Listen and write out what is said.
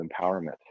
empowerment